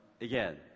again